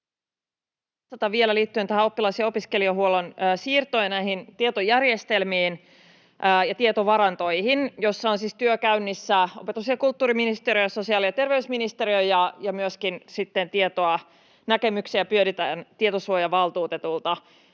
vastata vielä liittyen tähän oppilas- ja opiskelijahuollon siirtoon ja näihin tietojärjestelmiin ja tietovarantoihin, joissa on siis työ käynnissä opetus- ja kulttuuriministeriössä ja sosiaali- ja terveysministeriössä, ja myöskin sitten tietoa, näkemyksiä pyydetään tietosuojavaltuutetulta.